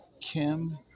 Kim